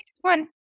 One